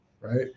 right